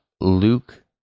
Luke